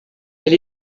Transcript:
elle